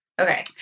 okay